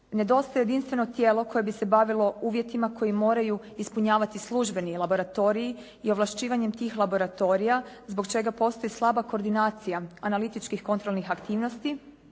Nedostaje jedinstveno tijelo koje bi se bavilo uvjetima koji moraju ispunjavati službeni laboratoriji i ovlašćivanjem tih laboratorija zbog čega postoji slaba koordinacija analitičkih kontrolnih aktivnosti